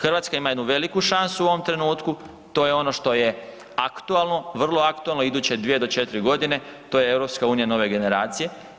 Hrvatska ima jednu veliku šansu u ovom trenutku, to je ono što je aktualno, vrlo aktualno iduće 2 do 4 godine to je EU nove generacije.